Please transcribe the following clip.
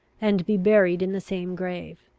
and be buried in the same grave.